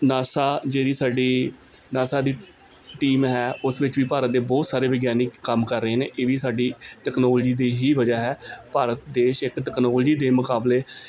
NASA ਜਿਹੜੀ ਸਾਡੀ NASA ਦੀ ਟੀਮ ਹੈ ਉਸ ਵਿੱਚ ਵੀ ਭਾਰਤ ਦੇ ਬਹੁਤ ਸਾਰੇ ਵਿਗਿਆਨਿਕ ਕੰਮ ਕਰ ਰਹੇ ਨੇ ਇਹ ਵੀ ਸਾਡੀ ਟੈਕਨੋਲੋਜੀ ਦੀ ਹੀ ਵਜ੍ਹਾ ਹੈ ਭਾਰਤ ਦੇਸ਼ ਇੱਕ ਟੈਕਨੋਲੋਜੀ ਦੇ ਮੁਕਾਬਲੇ